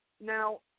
now